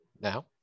now